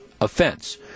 offense